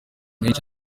menshi